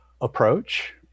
approach